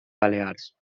balears